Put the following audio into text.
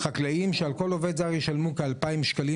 חקלאים שעל כל עובד זר ישלמו כ-2,000 שקלים,